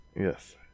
yes